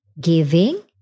giving